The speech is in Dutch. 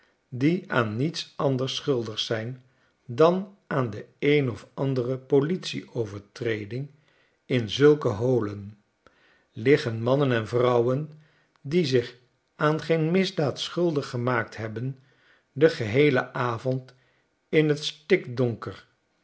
die aan niets anders schuldig zijn dan aan de een of andere politie overtreding in zulke holen liggen mannen en vrouwen die zich aan geen misdaad schuldig gemaakt hebben den geheelen avondin t stikdonker